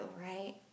right